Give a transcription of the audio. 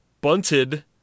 bunted